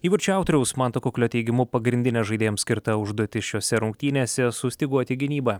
įvarčio autoriaus manto kuklio teigimu pagrindinė žaidėjams skirta užduotis šiose rungtynėse sustyguoti gynybą